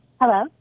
Hello